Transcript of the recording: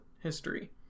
history